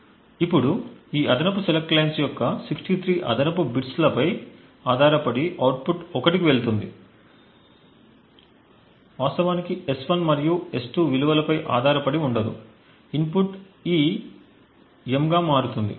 ఇప్పుడు ఈ అదనపు సెలెక్ట్ లైన్స్ యొక్క 63 అదనపు బిట్స్ లపై ఆధారపడి అవుట్పుట్ 1 కి వెళుతుంది వాస్తవానికి S1 మరియు S2 విలువలపై ఆధారపడి ఉండదు ఇన్ పుట్ E Mగా మారుతుంది